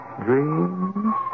dreams